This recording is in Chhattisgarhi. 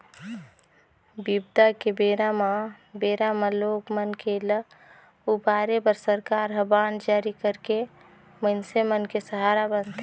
बिबदा के बेरा म बेरा म लोग मन के ल उबारे बर सरकार ह बांड जारी करके मइनसे मन के सहारा बनथे